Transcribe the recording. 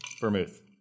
vermouth